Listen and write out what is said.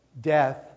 death